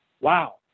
Wow